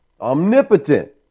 Omnipotent